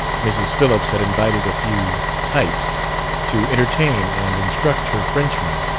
mrs. phillips had invited a few types to entertain and instruct her frenchman.